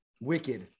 wicked